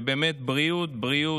ובאמת בריאות, בריאות.